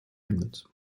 endet